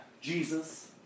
Jesus